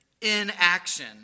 inaction